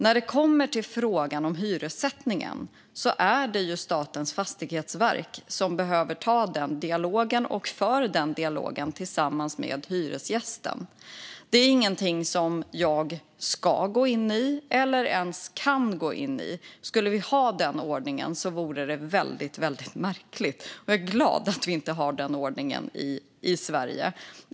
När det kommer till frågan om hyressättningen är det Statens fastighetsverk som behöver ta den dialogen och som för den dialogen med hyresgästen. Det är inget som jag ska gå in i eller ens kan gå in i. Skulle vi ha den ordningen vore det väldigt märkligt. Jag är glad att vi inte har den ordningen i Sverige.